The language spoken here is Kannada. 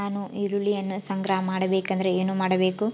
ನಾನು ಈರುಳ್ಳಿಯನ್ನು ಸಂಗ್ರಹ ಮಾಡಬೇಕೆಂದರೆ ಏನು ಮಾಡಬೇಕು?